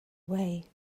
way